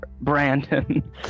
Brandon